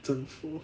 政府